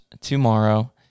tomorrow